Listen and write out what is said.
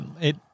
it-